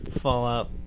Fallout